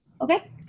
Okay